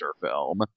film